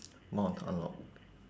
mount unlocked